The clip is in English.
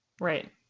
Right